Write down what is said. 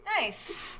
Nice